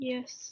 Yes